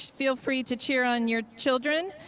feel free to cheer on your children.